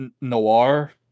Noir